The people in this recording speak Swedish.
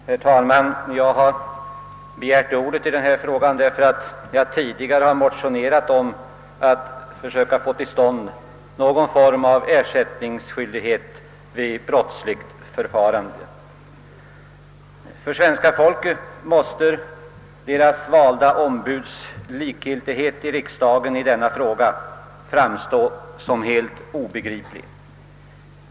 Herr talman! Jag har begärt ordet i denna fråga därför att jag tidigare motionsvis föreslagit att man borde försöka få till stånd någon form av ersättningsskyldighet för skador som vållas vid brottsligt förfarande. För svenska folket måste deras valda ombuds likgiltighet i denna fråga framstå som helt obegriplig.